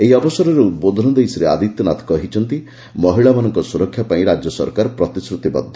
ଏହି ଅବସରରେ ଉଦ୍ବୋଧନ ଦେଇ ଶ୍ରୀ ଆଦିତ୍ୟନାଥ କହିଛନ୍ତି ମହିଳାମାନଙ୍କ ସୁରକ୍ଷା ପାଇଁ ରାଜ୍ୟସରକାର ପ୍ରତିଶୃତିବଦ୍ଧ